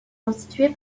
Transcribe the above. constituée